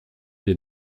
des